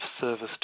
service